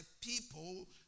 people